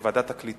בראש ועדת הקליטה,